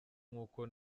nk’uko